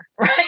Right